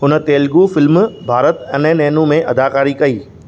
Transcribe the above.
हुन तेलुगु फ़िल्म भारत अने नेनू में अदाकारी कई